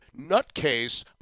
nutcase